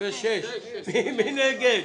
מי נגד?